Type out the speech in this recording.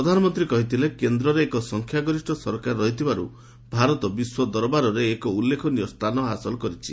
ପ୍ରଧାନମନ୍ତ୍ରୀ କହିଥିଲେ କେନ୍ଦ୍ରରେ ଏକ ସଂଖ୍ୟାଗରିଷ୍ଠ ସରକାର ରହିଥିବାରୁ ଭାରତ ବିଶ୍ୱ ଦରବାରରେ ଏକ ଉଲ୍ଲେଖନୀୟ ସ୍ଥାନ ହାସଲ କରିଛି